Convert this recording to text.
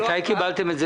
מתי קיבלתם את זה